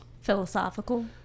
philosophical